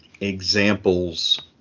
examples